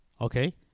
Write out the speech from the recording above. okay